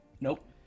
Nope